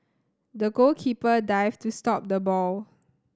the goalkeeper dived to stop the ball